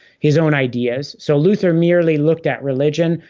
his own ideas. so luther merely looked at religion,